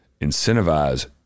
incentivize